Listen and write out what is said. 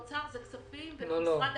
הפנים.